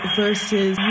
versus